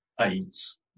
aids